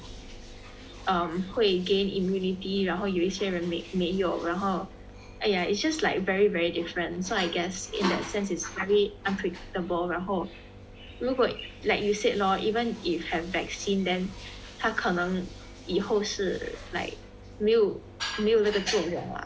um 会 gain immunity 然后有一些人没有然后 !aiya! it's just like very very different so I guess in that sense it's very unpredictable 然后如果 like you said lor even if have vaccine then 他可能以后是 like 没有没有那个作用 lah